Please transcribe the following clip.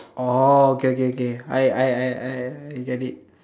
oh okay okay okay I I I I get it